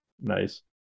nice